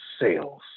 sales